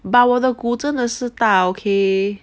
but 我的骨真的是大 okay